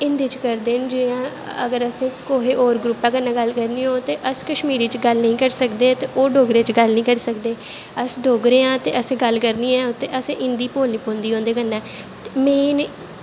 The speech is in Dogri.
हिन्दी च करदे न अगर असैं कुसे होर ग्रुपा कन्नै करनीं होग ते अस कश्मीरी च गल्ल नेईं करी सकदे ते ओह् डोगरी च गल्ल नेंई करी सकदे अस डोगरे आं ते असैं गल्ल करनी होऐ उं'दे कन्नैं ते असें हिन्दी बोलनी पौंदी ऐ उंदे कन्नै ते